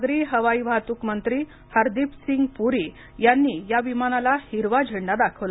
नागरी हवाई वाहतूक मंत्री हरदीप सिंग पुरी यांनी या विमानाला हिरवा झेंडा दाखवला